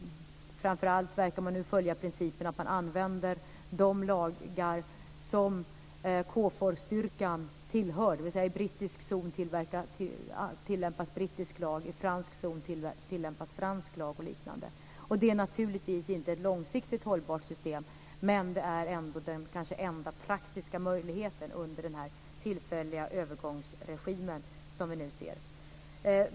Framför allt verkar man nu följa principen att man använder de lagar som KFOR-styrkan tillhör, dvs. i brittisk zon tillämpas brittisk lag, i fransk zon tillämpas fransk lag osv. Det är naturligtvis inte ett långsiktigt hållbart system, men det är ändå kanske den enda praktiska möjligheten under den tillfälliga övergångsregim som vi nu ser.